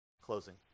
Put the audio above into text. Closing